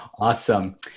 Awesome